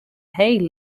heel